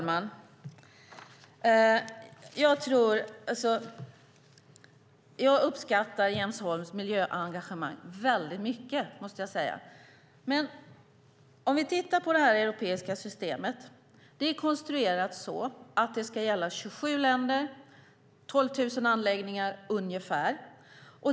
Fru talman! Jag uppskattar Jens Holms miljöengagemang väldigt mycket, måste jag säga. Om vi tittar på det europeiska systemet ser vi dock att det är konstruerat så att det ska gälla 27 länder och ungefär 12 000 anläggningar.